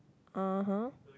(uh huh)